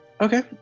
Okay